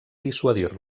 dissuadir